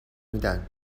میدن